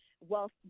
wealth